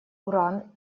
уран